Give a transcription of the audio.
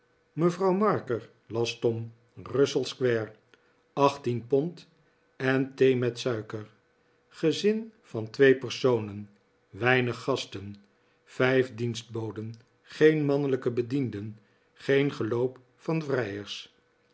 mevrouw marker las tom russellsquare achttien pond en thee met suiker gezin van twee personen weinig gasten vijf dienstboden geen mannelijke bedienden geen geloop van vrijers